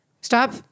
stop